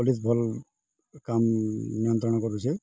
police ଭଲ୍ କାମ ନିୟନ୍ତ୍ରଣ କରୁଛେ